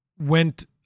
went